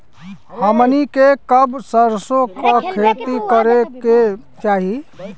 हमनी के कब सरसो क खेती करे के चाही?